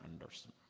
Anderson